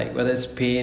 mm